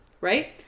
Right